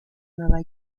nueva